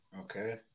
Okay